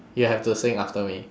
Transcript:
you have to sing after me